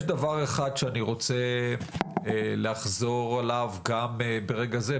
יש דבר אחד שאני רוצה לחזור עליו גם ברגע זה,